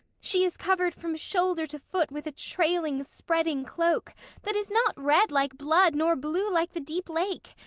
she is covered from shoulder to foot with a trail ing, spreading cloak that is not red like blood, nor blue like the deep lake,